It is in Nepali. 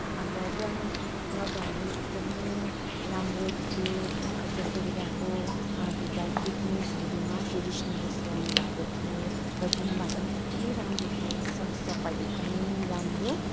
अन्त त्यहाँ जग्गाहरू एकदमै राम्रै थियो जस्तैमा त्यहाँको भुटा भुटनिसहरूमा ट्रेडिसनल ड्रेस लाउनुभएको थियो र गुम्बा पनि यति राम्रो थियो सरसफाइ एकदमै राम्रो